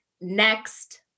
next